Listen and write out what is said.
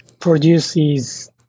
produces